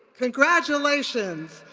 congratulations.